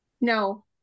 no